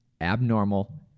abnormal